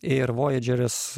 ir vojadžeris